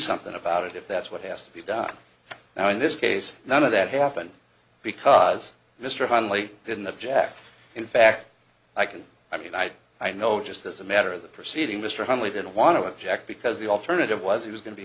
something about it if that's what has to be done now in this case none of that happened because mr huntley didn't object in fact i can i mean i i know just as a matter of the proceeding mr huntley didn't want to object because the alternative was he was going to be